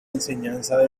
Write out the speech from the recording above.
enseñanza